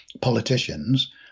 politicians